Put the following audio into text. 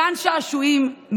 גן שעשועים,